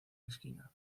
esquina